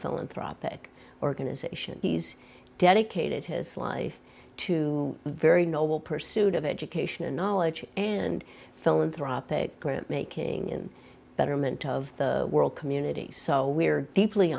philanthropic organization he's dedicated his life to the very noble pursuit of education and knowledge and philanthropic grant making and betterment of the world community so we're deeply